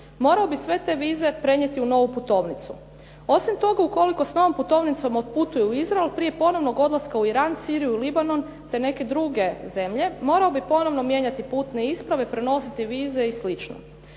morao bi sve te vize prenijeti u novu putovnicu. Osim toga, ukoliko s tom putovnicom otputuje u Izrael prije ponovnog odlaska u Iran, Siriju, Libanon te neke druge zemlje morao bi ponovo mijenjati putne isprave, prenositi vize i